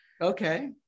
Okay